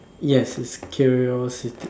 yes it's curiosity